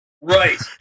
Right